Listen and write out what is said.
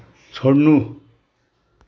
छोड्नु